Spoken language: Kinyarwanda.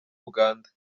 uganda